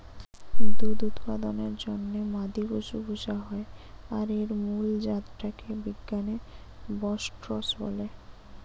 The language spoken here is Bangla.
দুধ উৎপাদনের জন্যে মাদি পশু পুশা হয় আর এর মুল জাত টা কে বিজ্ঞানে বস্টরস বলে